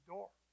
door